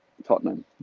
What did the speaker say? Tottenham